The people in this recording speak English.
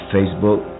Facebook